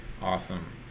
awesome